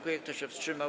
Kto się wstrzymał?